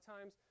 times